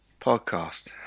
Podcast